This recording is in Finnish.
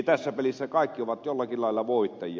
tässä pelissä kaikki ovat jollakin lailla voittajia